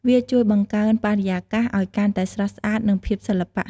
វាជួយបង្កើនបរិយាកាសឱ្យកាន់តែស្រស់ស្អាត និងមានសិល្បៈ។